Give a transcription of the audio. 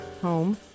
home